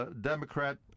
Democrat